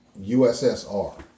USSR